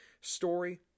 story